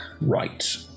Right